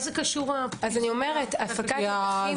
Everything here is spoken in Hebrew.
הפנים): מה זה קשור לפיזור הכנסת?